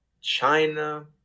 China